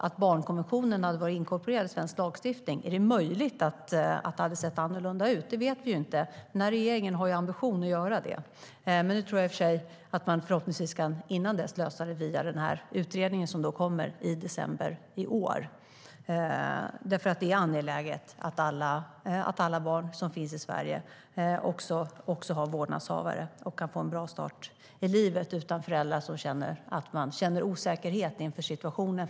Om barnkonventionen hade varit inkorporerad i svensk lagstiftning är det möjligt att det hade sett annorlunda ut. Det vet vi inte. Regeringen har ambition att göra detta, men jag tror i och för sig att man förhoppningsvis innan dess kan lösa det via den utredning som kommer i december i år. Det är angeläget att alla barn som finns i Sverige också har vårdnadshavare och kan få en bra start i livet utan att ha föräldrar som känner osäkerhet inför situationen.